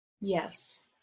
Yes